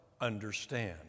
understand